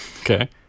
okay